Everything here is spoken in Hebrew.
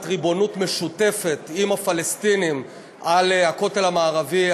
ריבונות משותפת עם הפלסטינים על הכותל המערבי,